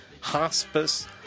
hospice